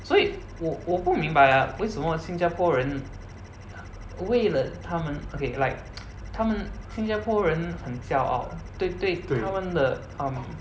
所以我我不明白 ah 为什么新加坡人为了他们 okay like 他们新加坡人很骄傲对对他们的 um